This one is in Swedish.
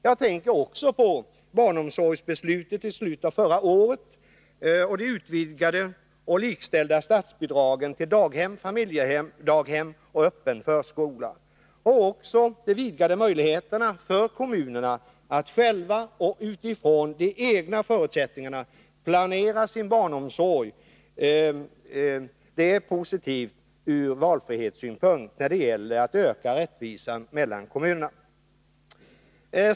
Jag tänker också på barnomsorgsbeslutet i slutet av förra året och de utvidgade och likställda statsbidragen till daghem, familjedaghem och öppen förskola. Också de vidgade möjligheterna för kommunerna att själva och utifrån de egna förutsättningarna planera sin barnomsorg är positivt ur valfrihetssynpunkt och när det gäller ökad rättvisa mellan olika kommuner.